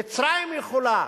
מצרים יכולה,